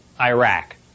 iraq